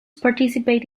participate